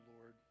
Lord